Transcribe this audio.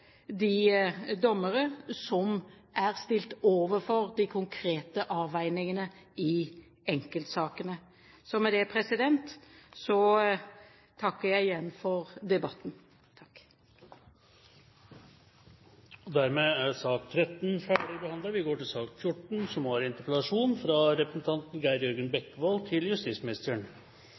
de dommere som er stilt overfor de konkrete avveiningene i enkeltsakene. Så med det takker jeg igjen for debatten. Dermed er sak nr. 13 ferdigbehandlet. Det er sent på kvelden, men det er flott å se at statsråden holder ut. Jeg har invitert til